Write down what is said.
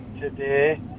today